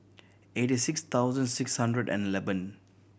eighty six thousand six hundred and eleven